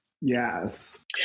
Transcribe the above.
Yes